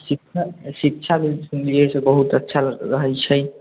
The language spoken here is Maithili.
शिक्षा शिक्षा भी सुनलिए से बहुत अच्छा रहै छै